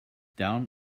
down